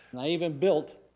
i even built,